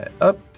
up